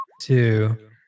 two